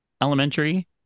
elementary